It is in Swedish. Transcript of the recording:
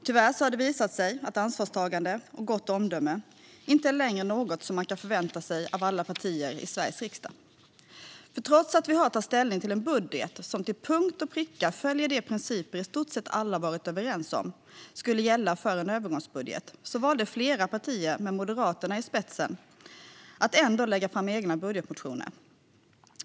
Tyvärr har det visat sig att ansvarstagande och gott omdöme inte längre är något som man kan förvänta sig av alla partier i Sveriges riksdag. För trots att vi har att ta ställning till en budget som till punkt och pricka följer de principer som i stort sett alla var överens om skulle gälla för en övergångsbudget valde flera partier med Moderaterna i spetsen att ändå lägga fram egna budgetmotioner.